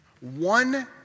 one